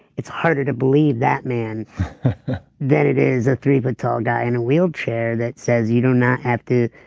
it's harder to believe that man than it is a three-foot tall guy in a wheelchair, that says you do not have to